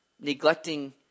neglecting